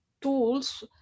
tools